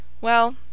Well